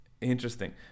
interesting